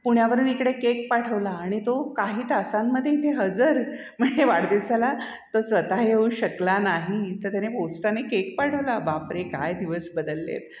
पुण्यावरून इकडे केक पाठवला आणि तो काही तासांमधे इथे हजर म्हणजे वाढदिवसाला तो स्वत येऊ शकला नाही तर त्याने पोस्टाने केक पाठवला बापरे काय दिवस बदलले आहेत